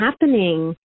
happening